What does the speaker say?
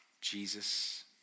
Jesus